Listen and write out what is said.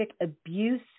abuse